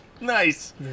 Nice